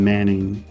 Manning